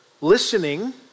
listening